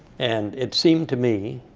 and it seemed to me